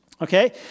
Okay